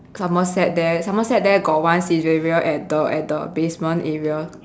Somerset there Somerset there got one Saizeriya at the at the basement area